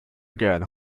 again